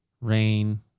rain